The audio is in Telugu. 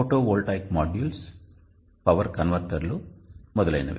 ఫోటోవోల్టాయిక్ మాడ్యూల్స్ పవర్ కన్వర్టర్లు మొదలైనవి